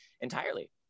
entirely